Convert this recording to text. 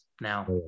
now